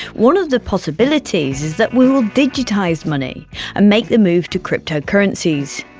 one of the possibilities is that we will digitise money and make the move to cryptocurrencies.